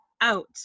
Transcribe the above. out